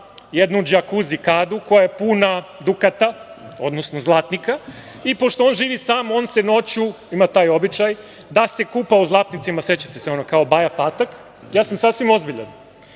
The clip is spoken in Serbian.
jednu džakuzi koja je puna dukat, odnosno zlatnika i pošto on živi sam, noću ima običaj da se kupa u zlatnicima. Sećate se onog Paje Patka. Sasvim sam ozbiljan.